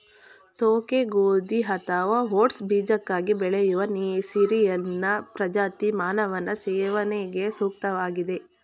ತೋಕೆ ಗೋಧಿ ಅಥವಾ ಓಟ್ಸ್ ಬೀಜಕ್ಕಾಗಿ ಬೆಳೆಯುವ ಸೀರಿಯಲ್ನ ಪ್ರಜಾತಿ ಮಾನವನ ಸೇವನೆಗೆ ಸೂಕ್ತವಾಗಿದೆ